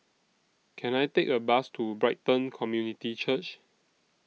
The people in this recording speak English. Can I Take A Bus to Brighton Community Church